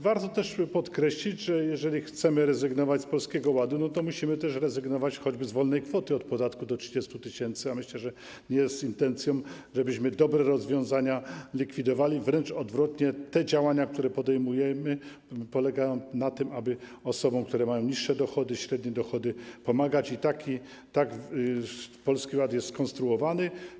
Warto też podkreślić, że jeżeli chcemy rezygnować z Polskiego Ładu, to musimy też rezygnować choćby z kwoty wolnej od podatku do 30 tys., a myślę, że nie jest intencją, żebyśmy dobre rozwiązania likwidowali, wręcz odwrotnie, te działania, które podejmujemy, polegają na tym, aby osobom, które mają niższe dochody, średnie dochody, pomagać i tak Polski Ład jest skonstruowany.